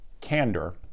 candor